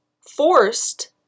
forced